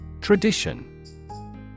Tradition